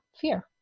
fear